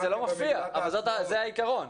זה העיקרון.